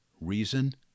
reason